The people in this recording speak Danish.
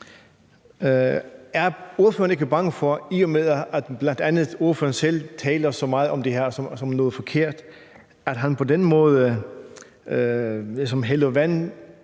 er ordføreren ikke bange for, i og med at bl.a. ordføreren selv taler så meget om det her som noget forkert, at han på den måde ligesom hælder vand